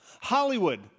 Hollywood